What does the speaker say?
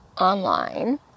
online